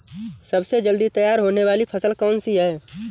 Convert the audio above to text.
सबसे जल्दी तैयार होने वाली फसल कौन सी है?